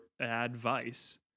advice